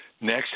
Next